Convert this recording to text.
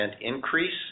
increase